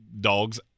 dogs